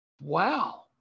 Wow